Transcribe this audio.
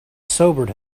sobered